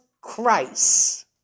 Christ